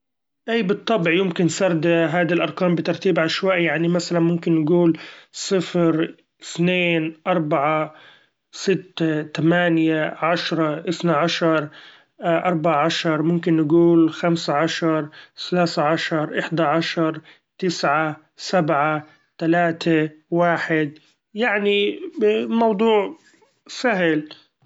إي بالطبع يمكن سرد هادي الارقام بترتيب عشوائي ، يعني مثلا ممكن نقول صفر إثنين أربعة ستة تمانية عشرة إثنى عشر أربع عشر، ممكن نقول خمسه عشر ثلاثة عشر احدى عشر تسعة سبعة تلاته واحد يعني موضوع سهل.